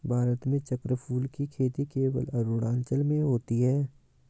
भारत में चक्रफूल की खेती केवल अरुणाचल में होती है